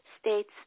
states